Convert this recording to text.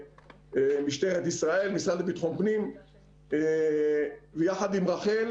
משטרת ישראל והמשרד לביטחון פנים יחד עם רח"ל